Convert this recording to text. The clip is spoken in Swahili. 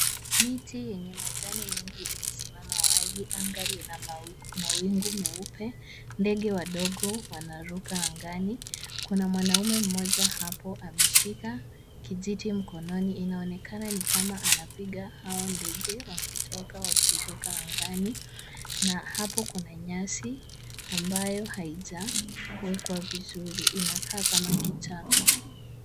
Miti yenye majani mengi imesimama wazi, anga lina mawingu meupe ndege wadogo wanaruka angani. Kuna mwanaume mmoja hapo ameshika kijiti mkononi inaonekana ni kama anapiga hao ndege wakitoka wakiruka angani. Na hapo kuna nyasi, ambayo haija kuwekwa vizuri, inakaa kama kichaka.